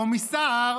קומיסער